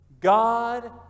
God